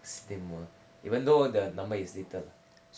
cinema even though the number is little